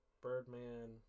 Birdman